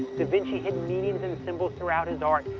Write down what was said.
da vinci hid meanings and symbols throughout his art.